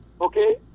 okay